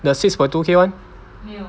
the six point two K [one]